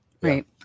Right